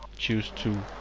choose to